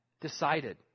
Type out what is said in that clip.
decided